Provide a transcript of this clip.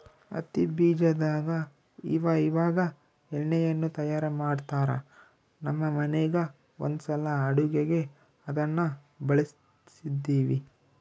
ಹತ್ತಿ ಬೀಜದಾಗ ಇವಇವಾಗ ಎಣ್ಣೆಯನ್ನು ತಯಾರ ಮಾಡ್ತರಾ, ನಮ್ಮ ಮನೆಗ ಒಂದ್ಸಲ ಅಡುಗೆಗೆ ಅದನ್ನ ಬಳಸಿದ್ವಿ